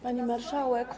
Pani Marszałek!